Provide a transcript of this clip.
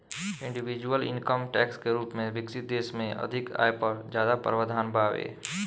individual income tax के रूप में विकसित देश में अधिक आय पर ज्यादा प्रावधान बावे